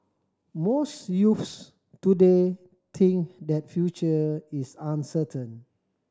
most youths today think that future is uncertain